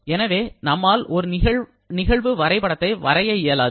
எனவே நம்மால் ஒரு நிகழ்வு வரைபடத்தை வரைய இயலாது